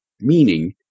meaning